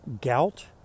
gout